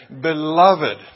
Beloved